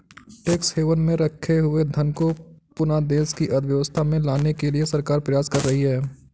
tax haven में रखे गए धन को पुनः देश की अर्थव्यवस्था में लाने के लिए सरकार प्रयास कर रही है